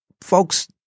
Folks